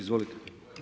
Izvolite.